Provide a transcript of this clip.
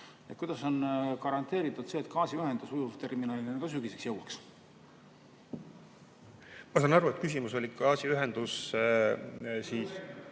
Kuidas on garanteeritud see, et gaasiühendus ujuvterminalini sügiseks jõuaks? Ma saan aru, et küsimus oli gaasiühenduse